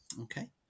okay